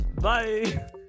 Bye